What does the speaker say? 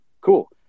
cool